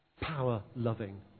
power-loving